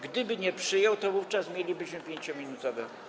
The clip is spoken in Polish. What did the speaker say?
Gdyby go nie przyjął, to wówczas mielibyśmy 5-minutowe.